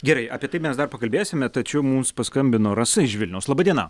gerai apie tai mes dar pakalbėsime tačiau mums paskambino rasa iš vilniaus laba diena